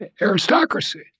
aristocracy